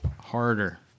Harder